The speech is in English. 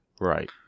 Right